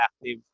active